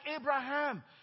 Abraham